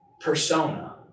persona